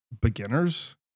beginners